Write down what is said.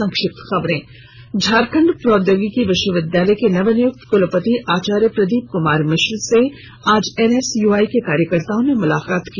संक्षिप्त खबरें झारखंड प्रौद्योगिकी विश्वविद्यालय के नवनियुक्त कुलपति आचार्य प्रदीप कुमार मिश्र से आज एनएसयूआई के कार्यकर्ताओं ने मुलाकात की